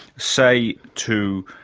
say to,